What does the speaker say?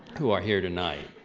who are here tonight.